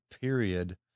period